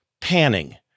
panning